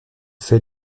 fait